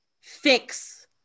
fix